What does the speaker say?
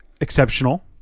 exceptional